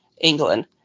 England